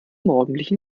morgendlichen